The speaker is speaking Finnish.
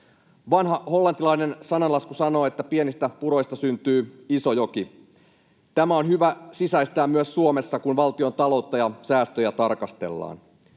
Vanha hollantilainen sananlasku sanoo, että pienistä puroista syntyy iso joki. Tämä on hyvä sisäistää myös Suomessa, kun valtiontaloutta ja säästöjä tarkastellaan.